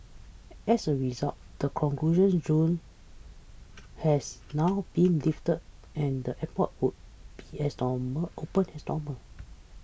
as a result the conclusions zone has now been lifted and the airport will be as normal open as normal